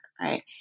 Right